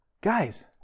guys